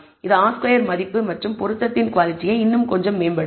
இது R square மதிப்பு மற்றும் பொருத்தத்தின் குவாலிட்டியை இன்னும் கொஞ்சம் மேம்படுத்தும்